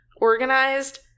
organized